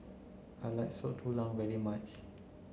I like Soup Tulang very much